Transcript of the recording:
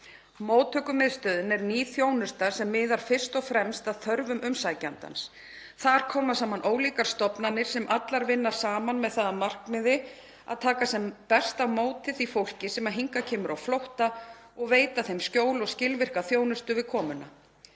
Móttökumiðstöðin er ný þjónusta sem miðar fyrst og fremst að þörfum umsækjandans. Þar koma saman ólíkar stofnanir sem allar vinna saman með það að markmiði að taka sem best á móti því fólki sem hingað kemur á flótta og veita því skjól og skilvirka þjónustu við komuna.